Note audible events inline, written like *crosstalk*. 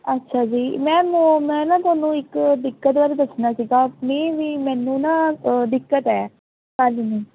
ਅੱਛਾ ਜੀ ਮੈਮ ਮੈਂ ਨਾ ਤੁਹਾਨੂੰ ਇੱਕ ਦਿੱਕਤ ਬਾਰੇ ਦੱਸਣਾ ਸੀਗਾ ਪਲੀਜ਼ ਵੀ ਮੈਨੂੰ ਨਾ ਦਿੱਕਤ ਹੈ *unintelligible*